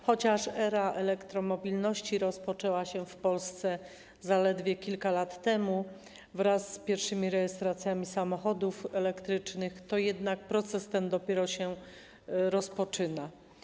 Chociaż era elektromobilności rozpoczęła się w Polsce zaledwie kilka lat temu, wraz z pierwszymi rejestracjami samochodów elektrycznych, to jednak proces ten dopiero się rozpoczyna.